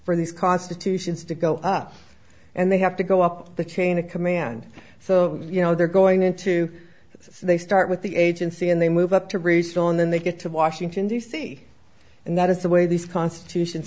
for these constitutions to go up and they have to go up the chain of command so you know they're going into this they start with the agency and they move up to resettle and then they get to washington d c and that is the way these constitution